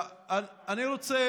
אני רוצה